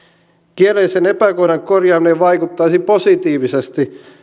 kielellisen epäkohdan korjaaminen vaikuttaisi positiivisesti